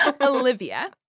Olivia